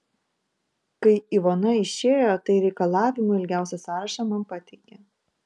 kai ivona išėjo tai reikalavimų ilgiausią sąrašą man pateikė